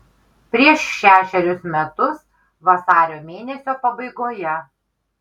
prieš šešerius metus vasario mėnesio pabaigoje